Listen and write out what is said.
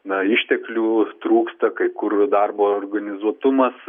na išteklių trūksta kai kur darbo organizuotumas